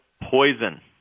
poison